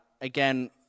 again